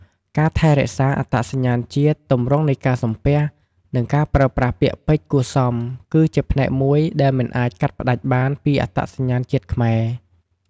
ការថែរក្សាអត្តសញ្ញាណជាតិ ទម្រង់នៃការសំពះ និងការប្រើប្រាស់ពាក្យពេចន៍គួរសមគឺជាផ្នែកមួយដែលមិនអាចកាត់ផ្ដាច់បានពីអត្តសញ្ញាណជាតិខ្មែរ ។